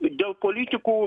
dėl politikų